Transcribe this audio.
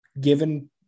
given